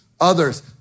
others